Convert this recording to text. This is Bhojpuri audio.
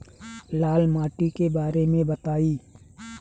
लाल माटी के बारे में बताई